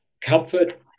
comfort